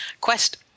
Quest